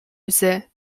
łzy